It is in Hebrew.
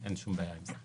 אין שום בעיה עם זה.